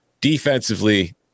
defensively